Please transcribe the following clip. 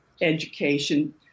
education